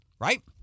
right